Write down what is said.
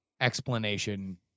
explanation